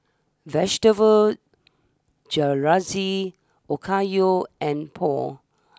Vegetable Jalfrezi Okayu and Pho